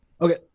Okay